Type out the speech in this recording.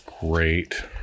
great